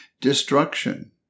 Destruction